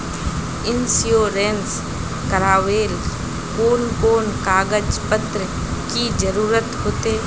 Insurance करावेल कोन कोन कागज पत्र की जरूरत होते?